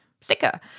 sticker